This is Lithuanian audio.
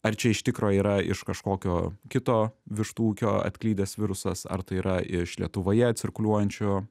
ar čia iš tikro yra iš kažkokio kito vištų ūkio atklydęs virusas ar tai yra iš lietuvoje cirkuliuojančio